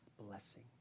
blessing